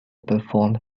performed